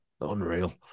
Unreal